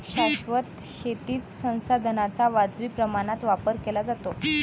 शाश्वत शेतीत संसाधनांचा वाजवी प्रमाणात वापर केला जातो